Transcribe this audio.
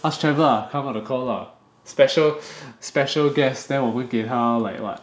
ask Trevor lah ask him to come on the call lah special guest then 我们给他 like what